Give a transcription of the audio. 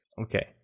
Okay